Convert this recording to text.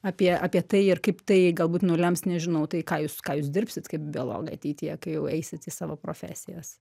apie apie tai ir kaip tai galbūt nulems nežinau tai ką jūs ką jūs dirbsit kaip biologai ateityje kai jau eisit į savo profesijas